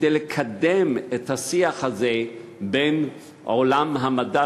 כדי לקדם את השיח הזה בין עולם המדע